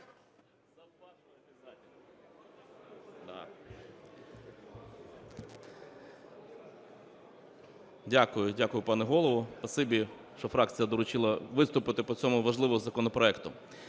Дякую, пане Голово. Спасибі, що фракція доручила виступити по цьому важливому законопроекту.